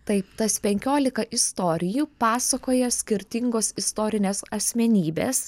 taip tas penkiolika istorijų pasakoja skirtingos istorinės asmenybės